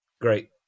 great